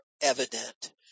evident